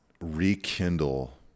rekindle